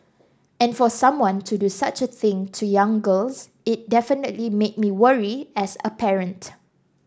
and for someone to do such a thing to young girls it definitely made me worry as a parent